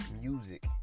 music